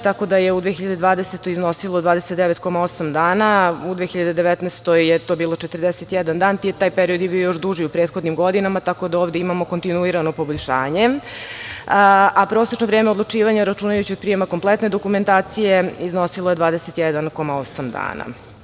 Tako da je u 2020. godini, iznosilo 29,8 dana, u 2019. godini je to bilo 41 dan, taj period je bio još duži u prethodnim godinama, tako da ovde imamo kontinuirano poboljšanje, a prosečno vreme odlučivanja, računajući od prijema kompletne dokumentacije, iznosilo je 21,8 dana.